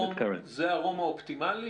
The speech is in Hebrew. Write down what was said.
זה ה -- האופטימלי,